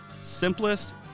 simplest